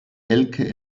elke